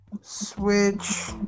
Switch